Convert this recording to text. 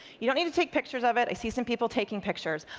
you don't need to take pictures of it, i see some people taking pictures.